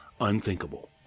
Unthinkable